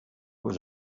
was